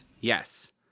Yes